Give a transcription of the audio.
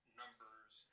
numbers